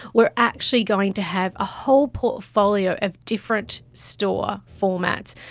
we are actually going to have a whole portfolio of different store formats,